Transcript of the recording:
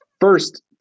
first